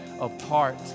apart